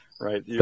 Right